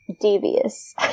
devious